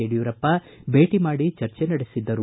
ಯಡಿಯೂರಪ್ಪ ಭೇಟಿ ಮಾಡಿ ಚರ್ಚೆ ನಡೆಸಿದ್ದರು